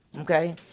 Okay